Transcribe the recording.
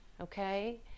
Okay